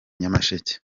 nyamasheke